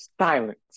silence